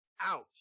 Ouch